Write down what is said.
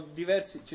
diversi